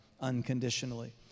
unconditionally